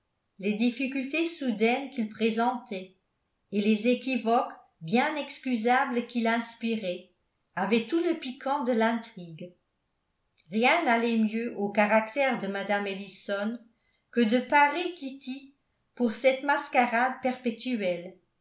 les difficultés soudaines qu'il présentait et les équivoques bien excusables qu'il inspirait avait tout le piquant de l'intrigue rien n'allait mieux au caractère de mme ellison que de parer kitty pour cette mascarade perpétuelle